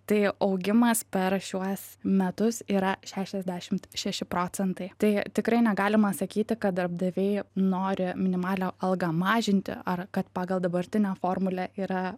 tai augimas per šiuos metus yra šešiasdešimt šeši procentai tai tikrai negalima sakyti kad darbdaviai nori minimalią algą mažinti ar kad pagal dabartinę formulę yra